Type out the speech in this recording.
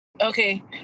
Okay